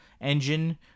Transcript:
engine